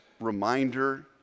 reminder